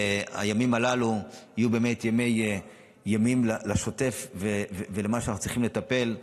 ושהימים הללו יהיו ימים לשוטף ולמה שאנחנו צריכים לטפל.